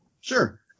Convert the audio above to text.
Sure